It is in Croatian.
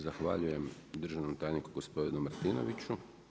Zahvaljujem državnom tajniku gospodinu Martinoviću.